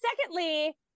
Secondly